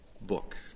book